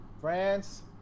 France